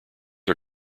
are